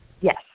Yes